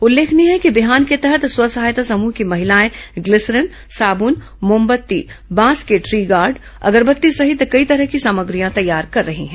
उल्लेखनीय है कि बिहान के तहत स्व सहायता समूह की महिलाएं ग्लिसरीन साबून मोमबत्ती बांस ट्री गार्ड अगरबत्ती सहित कई तरह की सामग्रियां तैयार कर रही हैं